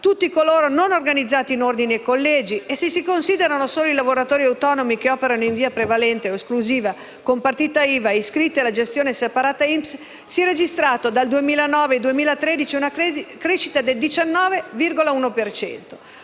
tutti coloro non organizzati in ordini e collegi: se si considerano solo i lavoratori autonomi che operano in via prevalente o esclusiva con partita IVA iscritti alla gestione separata INPS, si è registrata tra il 2009 e il 2013 una crescita pari al 19,1